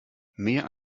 mehr